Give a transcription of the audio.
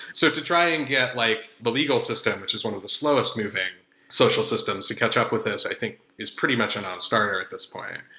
so to try and get like the legal system, which is one with the slowest moving social systems. to catch up with this i think is pretty much a and um started at this point.